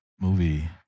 movie